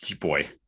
Boy